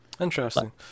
Interesting